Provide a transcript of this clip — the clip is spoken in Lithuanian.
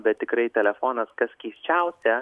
bet tikrai telefonas kas keisčiausia